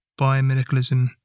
biomedicalism